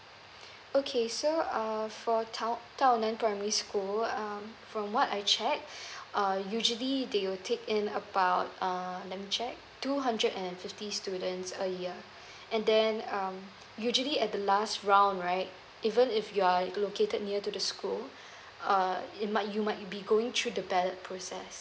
okay so uh for tao tao nan primary school um from what I checked uh usually they will take in about uh let me check two hundred and fifty students a year and then um usually at the last round right even if you are located near to the school uh it might you might be going through the ballot process